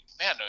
man